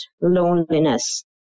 loneliness